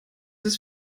ist